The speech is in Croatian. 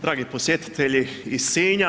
Dragi posjetitelji iz Sinja.